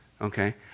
okay